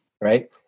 right